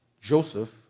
Joseph